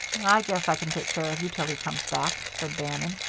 i guess i can take care of you till he comes back, said bannon.